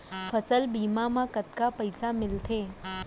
फसल बीमा म कतका पइसा मिलथे?